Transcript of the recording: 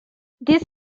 this